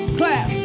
clap